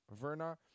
Verna